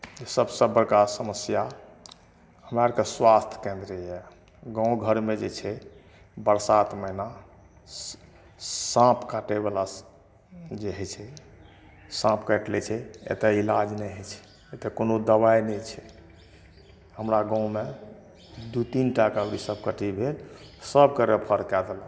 से सबसऽ बड़का समस्या हमरा आरके स्वास्थ केन्द्र यऽ गाँव घरमे जे छै बरसात महिना साँप काटैबला जे हइ छै साँप काटि लै छै एतऽ इलाज नहि होइ छै एतऽ कोनो दबाइ नहि छै हमरा गाँवमे दुइ तीन टाके अबरी साँप कटेलै सबके रेफर कए देलक